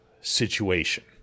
situation